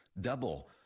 Double